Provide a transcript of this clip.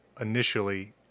initially